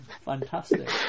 Fantastic